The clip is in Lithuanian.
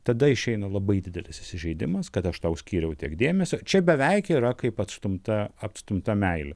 tada išeina labai didelis įsižeidimas kad aš tau skyriau tiek dėmesio čia beveik yra kaip atstumta atstumta meilė